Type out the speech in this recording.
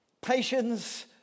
Patience